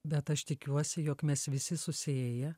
bet aš tikiuosi jog mes visi susiėję